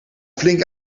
flink